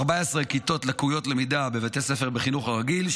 14 כיתות לקויות למידה בבתי ספר בחינוך הרגיל,